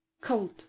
Cold